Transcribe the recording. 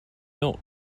milk